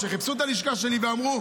שחיפשו את הלשכה שלי ואמרו,